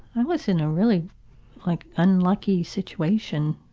i was in a really like unlucky situation.